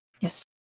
Yes